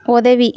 உதவி